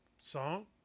song